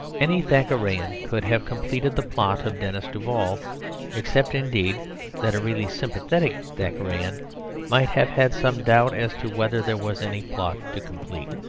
any thackerayan could have completed the plot of denis duval except indeed that a really sympathetic thackerayan might have had some doubt as to whether there was any plot to complete.